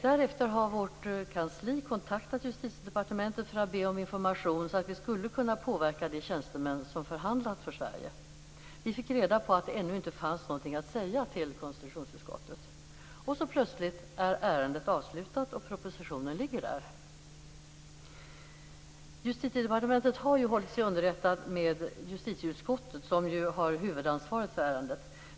Därefter har vårt kansli kontaktat Justitiedepartementet för att be om information, så att vi skulle kunna påverka de tjänstemän som förhandlat för Sverige. Vi fick reda på att det ännu inte fanns något att säga till konstitutionsutskottet. Och så plötsligt är ärendet avslutat, och propositionen ligger där. Justitiedepartementet har ju hållit sig underrättat med justitieutskottet som ju har huvudansvaret för ärendet.